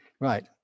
right